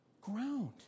ground